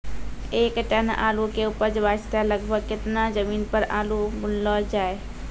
एक टन आलू के उपज वास्ते लगभग केतना जमीन पर आलू बुनलो जाय?